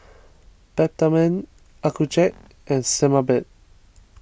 Peptamen Accucheck and Sebamed